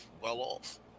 well-off